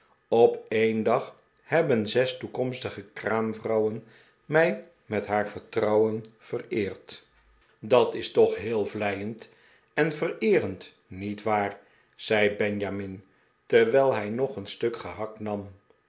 op een dag hebben zes toekomstige kraamvrouwen mij met haar vertrouwen vereerd dat is toch heel vleiend en vereerend niet waar zei benjamin terwijl hij nog een stuk gehakt nam